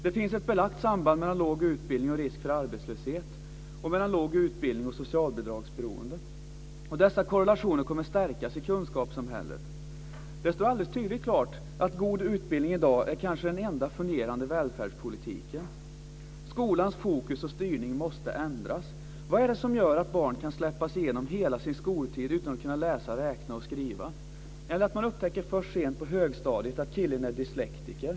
Det finns ett belagt samband mellan låg utbildning och risk för arbetslöshet och mellan låg utbildning och socialbidragsberoende. Dessa korrelationer kommer att stärkas i kunskapssamhället. Det står alldeles tydligt klart att god utbildning i dag kanske är den enda fungerande välfärdspolitiken. Skolans fokus och styrning måste ändras. Vad är det som gör att barn kan släppas igenom hela sin skoltid utan att kunna läsa, räkna och skriva, eller att man upptäcker först sent på högstadiet att killen är dyslektiker?